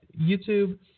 YouTube